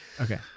okay